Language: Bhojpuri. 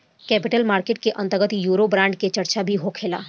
कैपिटल मार्केट के अंतर्गत यूरोबोंड के चार्चा भी होखेला